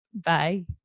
Bye